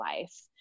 life